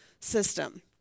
system